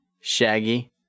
shaggy